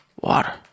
water